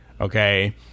okay